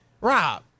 Rob